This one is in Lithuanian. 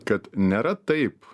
kad nėra taip